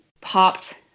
popped